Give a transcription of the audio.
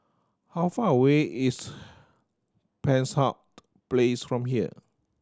how far away is Penshurst Place from here